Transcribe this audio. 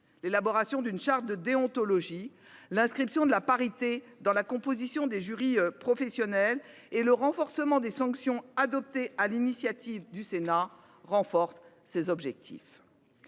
L’élaboration d’une charte de déontologie, l’inscription de la parité dans la composition des jurys professionnels et le renforcement des sanctions, adoptés sur l’initiative du Sénat, confortent ces objectifs.